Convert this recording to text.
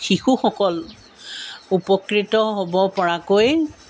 শিশুসকল উপকৃত হ'ব পৰাকৈ